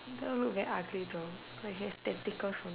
later look very ugly though like have tentacles on it